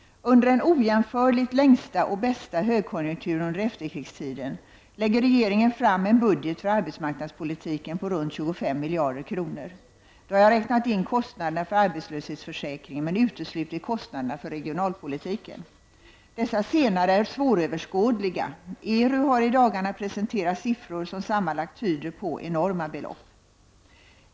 Under den ojämförligt längsta och bästa högkonjunkturen under efterkrigstiden lägger regeringen fram en budget för arbetsmarknadspolitiken på runt 25 miljarder kronor. Då har jag räknat in kostnaderna för arbetslöshetsförsäkringen men uteslutit kostnaderna för regionalpolitiken. Dessa senare är svåröverskådliga. ERU har i dagarna presenterat siffror som sammanlagt tyder på enorma belopp.